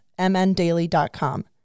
mndaily.com